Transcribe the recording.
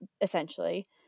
essentially